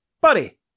buddy